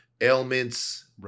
ailments